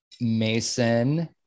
Mason